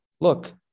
look